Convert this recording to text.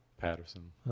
patterson